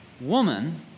woman